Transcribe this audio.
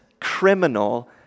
criminal